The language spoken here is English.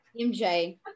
MJ